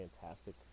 fantastic